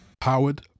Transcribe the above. Powered